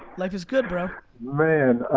life is good, bro. man,